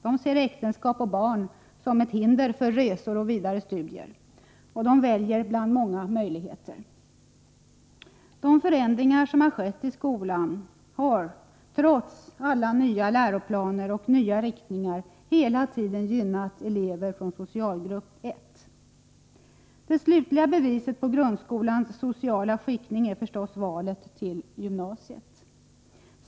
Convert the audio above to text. De ser äktenskap och barn som hinder för resor och vidare studier, och de väljer bland många möjligheter. De förändringar som skett i skolan har trots alla nya läroplaner och nya riktningar hela tiden gynnat elever ur socialgrupp 1. Det slutliga beviset på grundskolans sociala skiktning är förstås valet till gymnasiet.